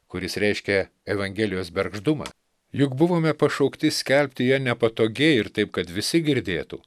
kuris reiškė evangelijos bergždumą juk buvome pašaukti skelbti ją nepatogiai ir taip kad visi girdėtų